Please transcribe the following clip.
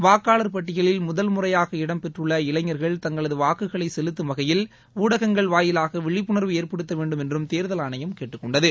வாக்காளர் பட்டியலில் முதல் முறையாக இடம்பெற்றுள்ள இளைஞர்கள் தங்களது வாக்குகளை செலுத்தும் வகையில் ஊடகங்கள் வாயிலாக விழிப்புணர்வை ஏற்படுத்த வேண்டும் என்றும் தேர்தல் ஆணையம் கேட்டுக்கொண்டது